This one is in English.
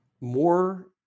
more